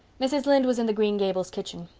mrs. lynde was in the green gables kitchen.